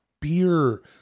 beer